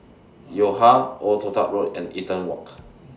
Yo Ha Old Toh Tuck Road and Eaton Walk